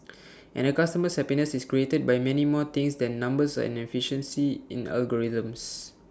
and A customer's happiness is created by many more things than numbers and efficiency in algorithms